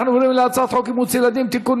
אנחנו עוברים להצעת חוק אימוץ ילדים (תיקון,